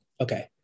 Okay